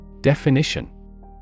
Definition